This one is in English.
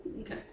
Okay